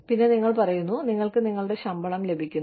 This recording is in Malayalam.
പിന്നെ നിങ്ങൾ പറയുന്നു നിങ്ങൾക്ക് നിങ്ങളുടെ ശമ്പളം ലഭിക്കുന്നു